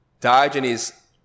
Diogenes